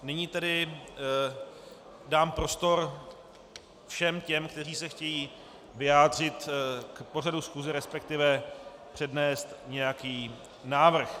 Nyní tedy dám prostor všem těm, kteří se chtějí vyjádřit k pořadu schůze, respektive přednést nějaký návrh.